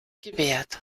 gewährt